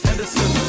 Edison